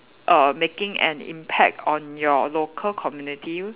err making an impact on your local community